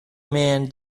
man